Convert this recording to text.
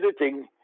editing